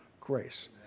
Grace